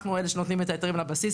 אנחנו אלה שנותנים את ההיתרים לבסיס,